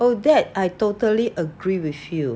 oh that I totally agree with you